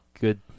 good